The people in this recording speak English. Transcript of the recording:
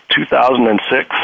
2006